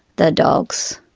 the dogs.